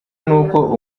n’uko